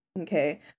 okay